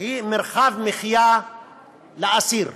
היא מרחב מחיה לאסיר.